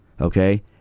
Okay